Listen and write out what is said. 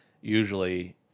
usually